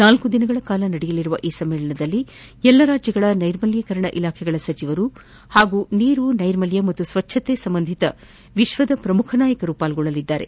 ನಾಲ್ಕು ದಿನಗಳ ಕಾಲ ನಡೆಯಲಿರುವ ಈ ಸಮ್ಮೇಳನದಲ್ಲಿ ಎಲ್ಲಾ ರಾಜ್ಯಗಳ ನೈರ್ಮಲೀಕರಣ ಇಲಾಖೆಗಳ ಸಚಿವರುಗಳು ಹಾಗೂ ನೀರು ನೈರ್ಮಲ್ಯ ಮತ್ತು ಸ್ವಚ್ಚತೆ ಸಂಬಂಧಿತ ವಿಶ್ವದ ಪ್ರಮುಖ ನಾಯಕರು ಪಾಲ್ಗೊಳ್ಳಲಿದ್ದಾರೆ